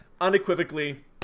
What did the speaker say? unequivocally